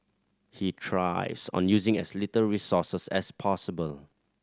he thrives on using as little resources as possible